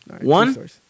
one